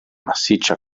massiccia